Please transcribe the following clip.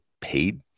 paid